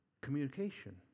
communication